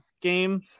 game